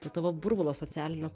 to tavo burbulo socialinio